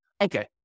Okay